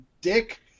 dick